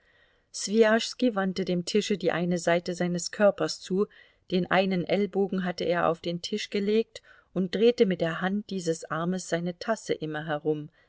wandte dem tische die eine seite seines körpers zu den einen ellbogen hatte er auf den tisch gelegt und drehte mit der hand dieses armes seine tasse immer herum